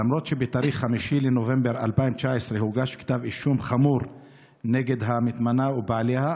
למרות שב-5 בנובמבר 2019 הוגש כתב אישום חמור נגד המטמנה ובעליה,